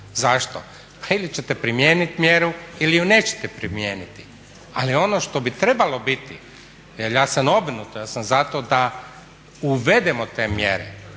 Zašto? Pa ili ćete primijeniti mjeru ili ju nećete primijeniti. Ali ono što bi trebalo biti jer ja sam obrnuto, ja sam za to da uvedemo te mjere